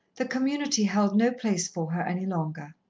the community held no place for her any longer.